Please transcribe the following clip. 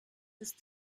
ist